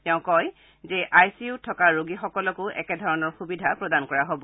তেওঁ কয় যে আই চি ইউত থকা ৰোগী সকলকো একেধৰণৰ সুবিধা প্ৰদান কৰা হ'ব